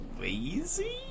lazy